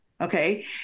Okay